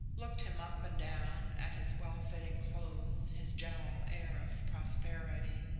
looked him up and down, at his well-fitting clothes, his general air of prosperity.